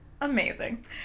amazing